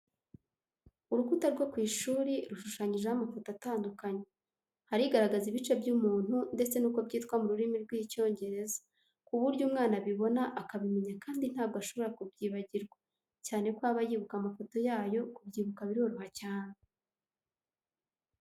Urukuta rwo ku ishuri rushushanyijeho amafoto atandukanye, hari igaragaza ibice by'umuntu ndetse n'uko byitwa mu rurimi rw'Icyongereza ku buryo umwana abiboba akabimenya kandi ntabwo ashobora kubyibagirwa cyane ko aba yibuka amafoto yayo kubyibuka biroroha cyane.